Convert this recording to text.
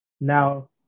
now